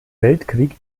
weltkrieg